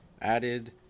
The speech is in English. added